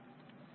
तो दूसरे अन्य